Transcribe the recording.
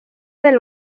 del